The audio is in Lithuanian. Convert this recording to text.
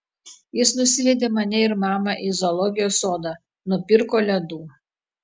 jis nusivedė mane ir mamą į zoologijos sodą nupirko ledų